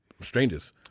strangers